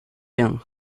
young